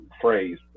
phrase